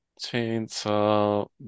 Chainsaw